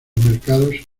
mercados